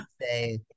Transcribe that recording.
say